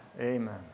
amen